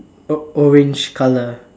oh orange colour